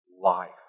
life